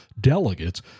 delegates